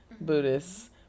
Buddhist